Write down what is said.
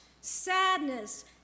sadness